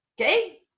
Okay